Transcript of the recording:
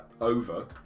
over